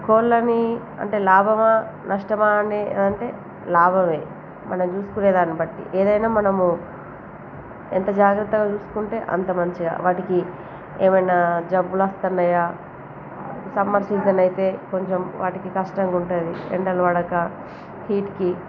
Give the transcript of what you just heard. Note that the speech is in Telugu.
కోళ్ళని అంటే లాభమా నష్టమా అనేదంటే లాభమే మనం చూసుకునేదాన్ని బట్టి ఏదైనా మనము ఎంత జాగ్రత్తగా చూసుకుంటే అంత మంచిగా వాటికి ఏమైనా జబ్బులుస్తున్నాయా సమ్మర్ సీజన్ అయితే కొంచెం వాటికి కష్టంగా ఉంటుంది ఎండలు పడక హీట్కి